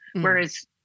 whereas